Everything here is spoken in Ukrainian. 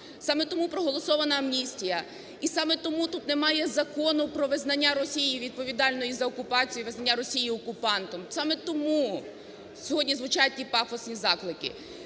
саме тому проголосована амністія і саме тому тут немає закону про визнання Росії відповідальною за окупацію і визнання Росії окупантом, саме тому сьогодні звучать ті пафосні заклики,